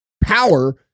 power